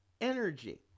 energy